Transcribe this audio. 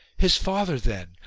his father then,